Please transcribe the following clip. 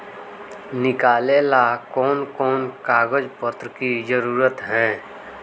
निकाले ला कोन कोन कागज पत्र की जरूरत है?